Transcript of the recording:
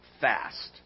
fast